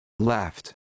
Left